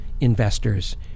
investors